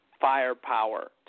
firepower